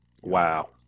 Wow